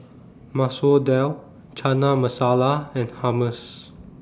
Masoor Dal Chana Masala and Hummus